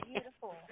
Beautiful